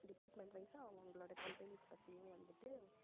department வைஸாக அவங்களோட companies பற்றியும் வந்துவிட்டு